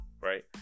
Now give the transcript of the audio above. right